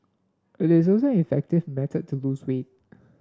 it is also an effective method to lose weight